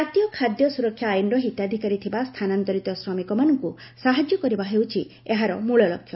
ଜାତୀୟ ଖାଦ୍ୟ ସୁରକ୍ଷା ଆଇନର ହିତାଧିକାରୀ ଥିବା ସ୍ଥାନାନ୍ତରିତ ଶ୍ରମିକମାନଙ୍କୁ ସାହାଯ୍ୟ କରିବା ହେଉଛି ଏହାର ମୂଳଲକ୍ଷ୍ୟ